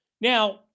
Now